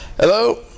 Hello